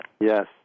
Yes